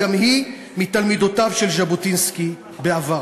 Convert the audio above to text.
גם היא מתלמידותיו של ז'בוטינסקי בעברה.